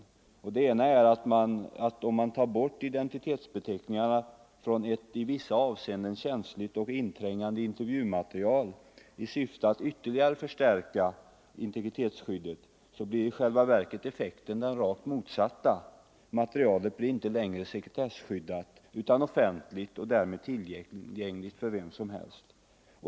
Det ena är att om man i syfte att ytterligare förstärka integritetsskyddet tar bort identitetsbeteckningarna från ett i vissa avseenden känsligt och inträngande intervjumaterial, blir effekten i själva verket den rakt motsatta. Materialet blir inte längre sekretesskyddat utan offentligt och därmed tillgängligt för vem som helst.